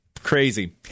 crazy